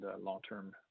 long-term